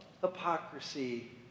hypocrisy